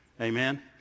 Amen